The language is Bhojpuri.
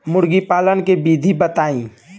मुर्गीपालन के विधी बताई?